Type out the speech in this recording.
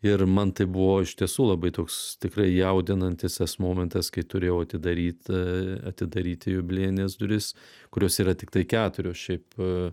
ir man tai buvo iš tiesų labai toks tikrai jaudinantis tas momentas kai turėjau atidaryt atidaryti jubiliejines duris kurios yra tiktai keturios šiaip